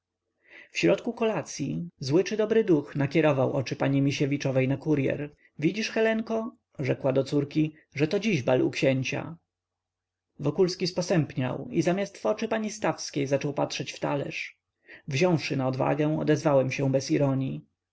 w środku kolacyi zły czy dobry duch skierował oczy pani misiewiczowej na kuryer widzisz helenko rzekła do córki że to dziś bal u księcia wokulski sposępniał i zamiast w oczy pani stawskiej zaczął patrzeć w talerz wziąwszy na odwagę odezwałem się nie